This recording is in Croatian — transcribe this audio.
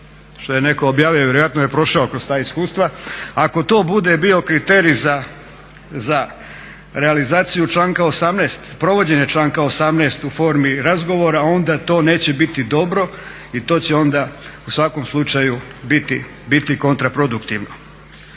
što je netko objavio, vjerojatno je prošao kroz ta iskustva. Ako to bude bio kriterij za realizaciju članka 18.i provođenje članka 18.u formi razgovora onda to neće biti dobro i to će onda u svakom slučaju biti kontraproduktivno.